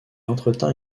entretint